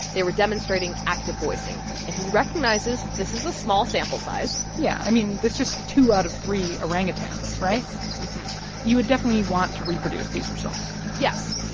they were demonstrating active voicing. and he recognizes this is a small sample size yeah. i mean, that's just two out of three orangutans, right? yes you would definitely want to reproduce these results yes.